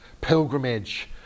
pilgrimage